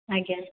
ଆଜ୍ଞା